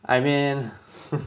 I mean